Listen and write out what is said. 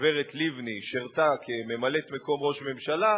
הגברת לבני שירתה כממלאת-מקום ראש הממשלה,